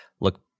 look